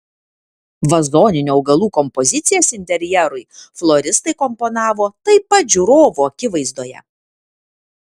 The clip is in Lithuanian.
vazoninių augalų kompozicijas interjerui floristai komponavo taip pat žiūrovų akivaizdoje